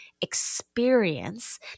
experience